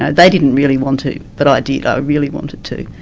ah they didn't really want to, but i did, i really wanted to.